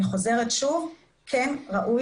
אבל אני חוזרת ואומרת שוב שכן ראוי